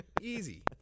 easy